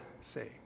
say